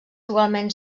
igualment